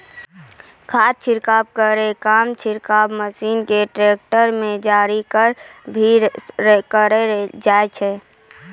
खाद छिड़काव केरो काम छिड़काव मसीन क ट्रेक्टर में जोरी कॅ भी करलो जाय छै